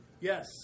yes